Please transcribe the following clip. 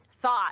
thought